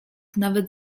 nawet